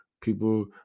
people